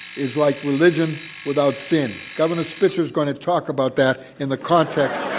is like religion without sin. governor spitzer's going to talk about that in the context